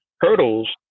hurdles